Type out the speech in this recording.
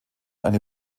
eine